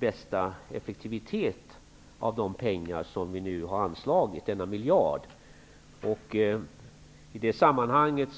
bästa effektivitet med de pengar, denna miljard, som vi nu har anslagit.